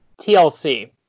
TLC